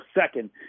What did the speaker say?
second